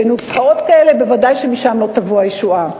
בנוסחאות כאלה, ודאי שמשם לא תבוא הישועה.